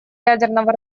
ядерного